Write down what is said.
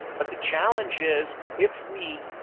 but the challenge is, if we,